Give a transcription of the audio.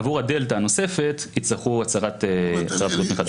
עבור הדלתא הנוספת יצטרכו הצהרת בריאות מחדש.